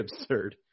absurd